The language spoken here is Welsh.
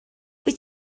wyt